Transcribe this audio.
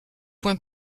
point